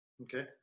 Okay